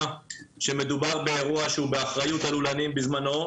שמדובר באירוע שהוא באחריות הלולנים בזמנו,